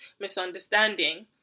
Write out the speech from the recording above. misunderstanding